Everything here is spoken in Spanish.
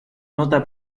nota